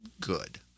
good